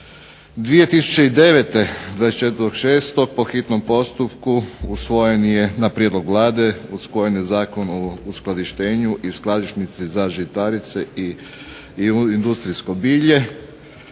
2009. 24. 6. Po hitnom postupku usvojen je na Prijedlog Vlade usvojen je Zakon o uskladištenju i skladnišnici za žitarice i industrijsko bilje